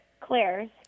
Claire's